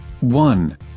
One